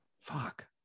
Fuck